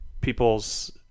people's